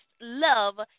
love